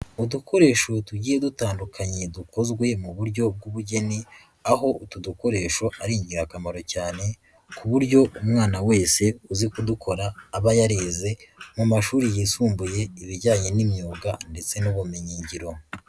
Udukoresho tugiye dutandukanye dukozwe mu buryo bw'ubugeni, aho utu dukoresho ari ingirakamaro cyane ku buryo umwana wese uzi kudukora aba yarize mu mashuri yisumbuye ibijyanye n'imyuga ndetse n'ubumenyingiro.